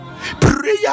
prayer